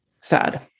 sad